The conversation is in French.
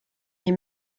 les